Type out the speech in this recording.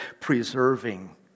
preserving